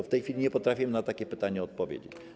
W tej chwili nie potrafię na takie pytanie odpowiedzieć.